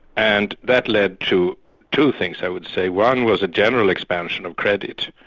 and that led to two things, i would say one was a general expansion of credit,